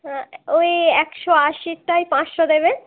হ্যাঁ ওই একশো আশিরটাই পাঁচশো দেবেন